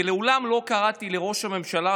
ומעולם לא קראתי לראש הממשלה,